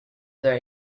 their